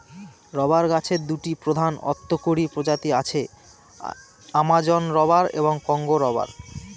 rubber গাছের দুটি প্রধান অর্থকরী প্রজাতি আছে, অ্যামাজন রবার এবং কংগো রবার